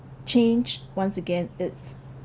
change once again it's